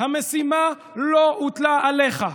המשימה לא הוטלה עליך.